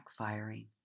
backfiring